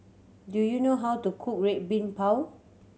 do you know how to cook Red Bean Bao